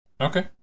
Okay